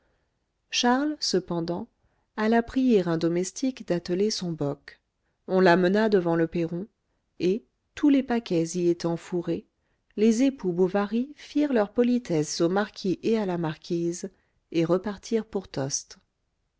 charles cependant alla prier un domestique d'atteler son boc on l'amena devant le perron et tous les paquets y étant fourrés les époux bovary firent leurs politesses au marquis et à la marquise et repartirent pour tostes